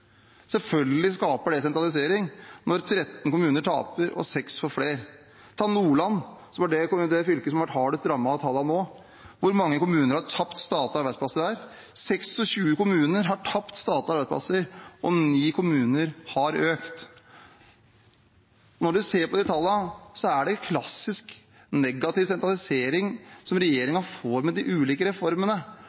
Selvfølgelig skaper det sentralisering når 13 kommuner taper og 6 får flere. Ta Nordland, som er det fylket som har vært hardest rammet nå: Hvor mange kommuner har tapt statlige arbeidsplasser der? 26 kommuner har tapt statlige arbeidsplasser, og 9 kommuner har økt. Når man ser på de tallene, er det klassisk negativ sentralisering regjeringen får med de ulike reformene.